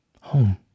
Home